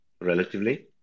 relatively